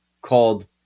called